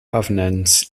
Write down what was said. governance